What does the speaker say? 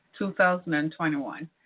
2021